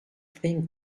thing